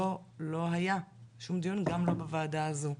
לא היה שום דיון, גם לא בוועדה הזו.